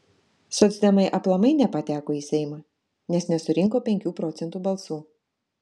socdemai aplamai nepateko į seimą nes nesurinko penkių procentų balsų